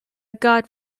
got